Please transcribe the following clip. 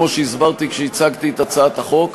כמו שהסברתי כשהצגתי את הצעת החוק,